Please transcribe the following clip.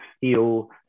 feel